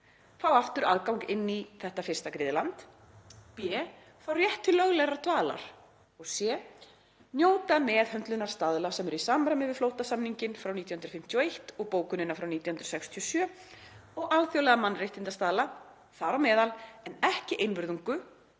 fá aftur aðgang inn í [þetta fyrsta griðland]; b. fá rétt til löglegrar dvalar; og c. njóta meðhöndlunarstaðla sem eru í samræmi við flóttamannasamninginn frá 1951 og bókunina frá 1967 og alþjóðlega mannréttindastaðla, þar á meðal - en ekki einvörðungu